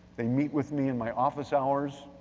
they meet with me in my office hours.